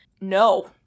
No